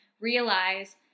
realize